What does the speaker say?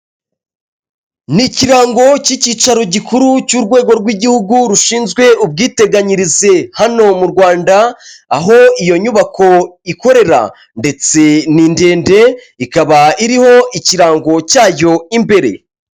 Ni ikirango cy'icyicaro gikuru cy'urwego rw'igihugu rushinzwe ubwiteganyirize hano mu Rwanda, aho iyo nyubako ikorera ndetse ni ndende, ikaba iriho ikirango cyayo imbere.